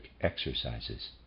exercises